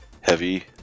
heavy